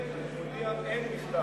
אני מודיע: אין מכתב כזה.